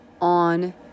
on